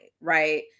right